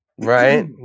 Right